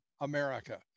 America